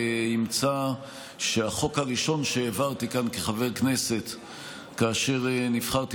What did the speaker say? ימצא שהחוק הראשון שהעברתי כאן כחבר כנסת כאשר נבחרתי